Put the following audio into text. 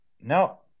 No